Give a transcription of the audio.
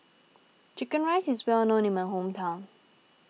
Chicken Rice is well known in my hometown